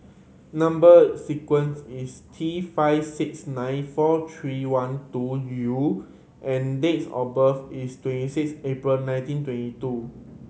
number sequence is T five six nine four three one two U and dates of birth is twenty six April nineteen twenty two